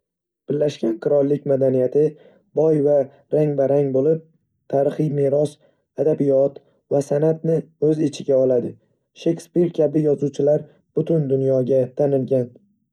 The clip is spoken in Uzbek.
Birlashgan Qirollik madaniyati boy va rang-barang bo'lib, tarixiy meros, adabiyot va san'atni o'z ichiga oladi. Shakspir kabi yozuvchilar butun dunyoga tanilgan.